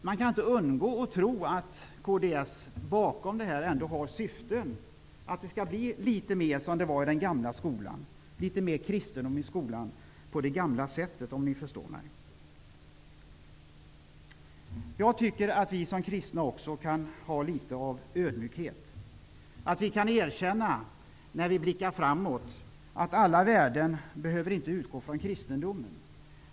Man kan inte undgå att tro att kds har syften med det här, att det skall bli litet mer som det var i den gamla skolan, litet mer kristendom i skolan på det gamla sättet, om ni förstår vad jag menar. Jag tycker att vi som kristna också kan visa litet ödmjukhet, att vi när vi blickar framåt kan erkänna att alla värden inte behöver utgå från kristendomen.